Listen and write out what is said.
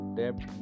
debt